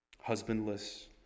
Husbandless